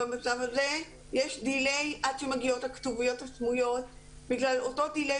ובמצב הזה יש דיליי עד שמגיעות הכתוביות הסמויות בגלל אותו דיליי